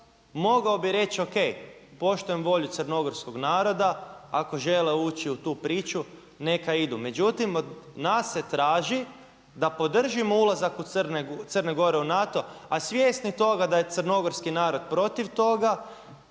mogao bi reći ok poštujem volju crnogorskog naroda, ako žele ući u tu priču neka idu. Međutim, od nas se traži da podržimo ulazak Crne Gore u NATO a svjesni toga da je crnogorski narod protiv toga